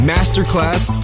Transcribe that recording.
Masterclass